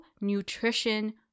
nutrition